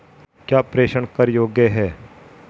क्या प्रेषण कर योग्य हैं?